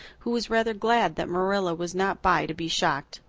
who was rather glad that marilla was not by to be shocked.